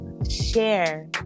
Share